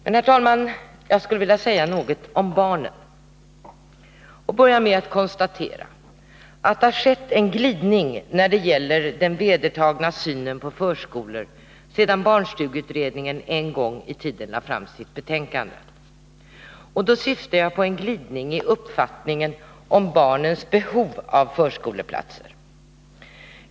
Herr talman! Jag skulle vilja säga något om barnen. Jag vill börja med att konstatera att det har skett en glidning när det gäller den vedertagna synen på förskolor sedan barnstugeutredningen en gång i tiden lade fram sitt betänkande. Och då syftar jag på en glidning i uppfattningen om barnens behov av förskoleplatser.